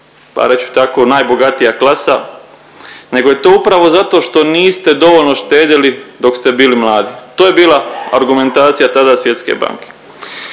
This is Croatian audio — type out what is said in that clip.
pa reći ću tako najbogatija klasa nego je to upravo zato što niste dovoljno štedjeli dok ste bili mladi, to je bila argumentacija tada Svjetske banke.